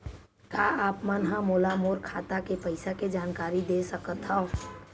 का आप मन ह मोला मोर खाता के पईसा के जानकारी दे सकथव?